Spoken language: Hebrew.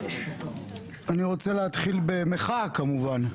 אני רוצה להתחיל במחאה כמובן,